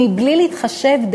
מבלי להתחשב,